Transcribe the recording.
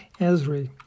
ESRI